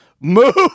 move